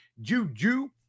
Juju